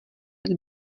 jak